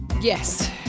Yes